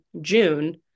June